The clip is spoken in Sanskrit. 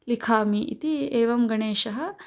लिखामि इति एवं गणेशः